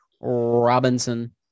Robinson